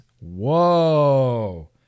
whoa